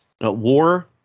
War